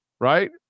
right